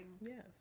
Yes